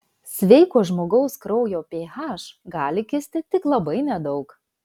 sveiko žmogaus kraujo ph gali kisti tik labai nedaug